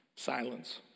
Silence